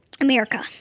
America